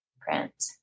print